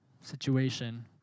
situation